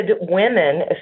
women